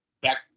back